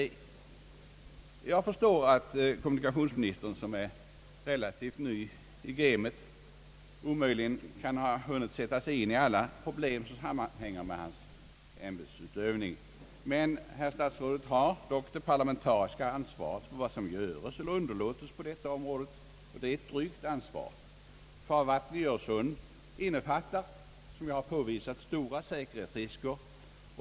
Jag förstår att kommunikationsministern, som är relativt ny i gamet, omöjligen kan ha hunnit sätta sig in i alla problem som sammanhänger med hans ämbetsutövning. Statsrådet har dock det parlamentariska ansvaret för vad som göres eller underlåtes på detta område, och det är ett tungt ansvar. Farvattnen i Öresund innefattar — som jag har påvisat — stora säkerhetsrisker.